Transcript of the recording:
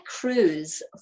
cruise